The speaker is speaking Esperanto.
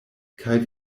kaj